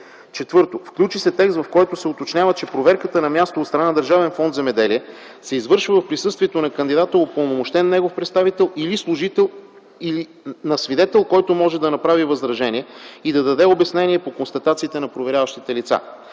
включи се текст, в който се уточнява, че проверката на място от страна на Държавен фонд „Земеделие” се извършва в присъствието на кандидата, упълномощен негов представител или свидетел, който може да направи възражение и да даде обяснение по констатациите на проверяващите лица.